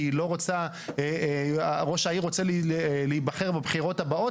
כי ראש העיר רוצה להיבחר בבחירות הבאות